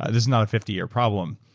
a fifty year problem,